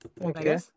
Okay